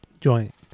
joint